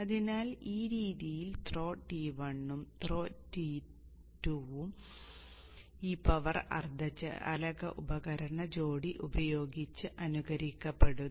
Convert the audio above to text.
അതിനാൽ ഈ രീതിയിൽ ത്രോ 1 ഉം ത്രോ 2 ഉം ഈ പവർ അർദ്ധചാലക ഉപകരണ ജോഡി ഉപയോഗിച്ച് അനുകരിക്കപ്പെടുന്നു